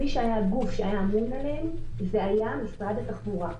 מי שהיה הגוף שהיה אמון עליהם זה היה משרד התחבורה.